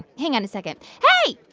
hang on a second. hey,